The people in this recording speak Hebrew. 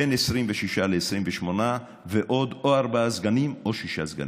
בין 26 ל-28 ועוד ארבעה סגנים או שישה סגנים.